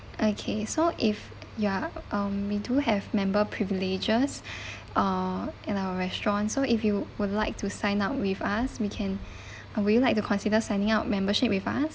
okay so if you're um we do have member privileges uh in our restaurants so if you would like to sign up with us we can would you like to consider signing up membership with us